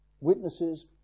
witnesses